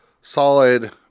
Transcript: solid